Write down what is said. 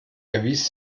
erwies